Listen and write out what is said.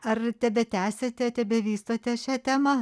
ar tebetęsiate tebevystote šią temą